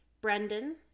Brendan